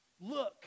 Look